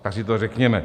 Tak si to řekněme.